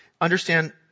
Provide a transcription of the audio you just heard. understand